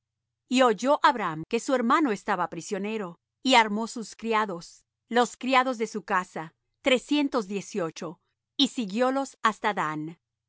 y oyó abram que su hermano estaba prisionero y armó sus criados los criados de su casa trescientos dieciocho y siguiólos hasta dan